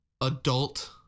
adult